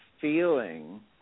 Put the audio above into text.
feeling